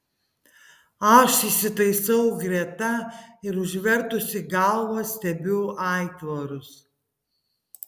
aš įsitaisau greta ir užvertusi galvą stebiu aitvarus